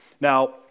Now